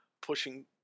pushing